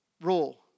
rule